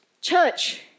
Church